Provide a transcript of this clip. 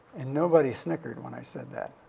and nobody snickered when i said that.